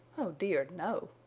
oh dear, no!